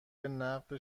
نقد